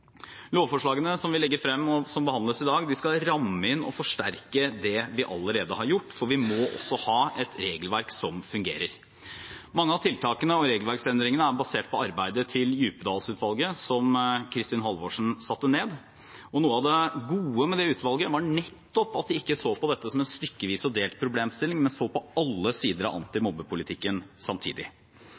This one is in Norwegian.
Lovforslagene som vi legger frem, og som behandles i dag, skal ramme inn og forsterke det vi allerede har gjort, for vi må også ha et regelverk som fungerer. Mange av tiltakene og regelverksendringene er basert på arbeidet til Djupedal-utvalget, som Kristin Halvorsen satte ned, og noe av det gode med det utvalget var nettopp at det ikke så på dette som en stykkevis og delt problemstilling, men så på alle sider av antimobbepolitikken samtidig.